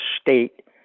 state